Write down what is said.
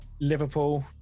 Liverpool